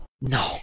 No